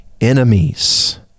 enemies